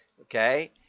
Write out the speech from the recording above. okay